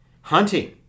Hunting